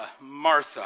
Martha